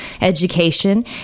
education